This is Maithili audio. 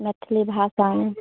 मैथिली भाषामे